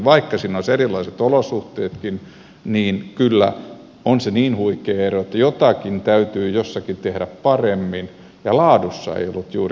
vaikka siinä olisi erilaiset olosuhteetkin niin on se kyllä niin huikea ero että jotakin täytyy jossakin tehdä paremmin ja laadussa ei ollut juurikaan eroja